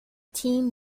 team